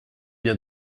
bien